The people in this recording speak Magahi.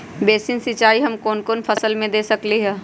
बेसिन सिंचाई हम कौन कौन फसल में दे सकली हां?